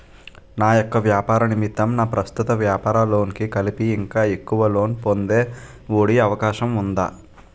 నా యెక్క వ్యాపార నిమిత్తం నా ప్రస్తుత వ్యాపార లోన్ కి కలిపి ఇంకా ఎక్కువ లోన్ పొందే ఒ.డి అవకాశం ఉందా?